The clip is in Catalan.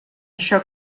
això